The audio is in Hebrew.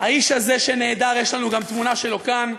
האיש הזה שנעדר, יש לנו גם תמונה שלו כאן.